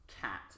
Cat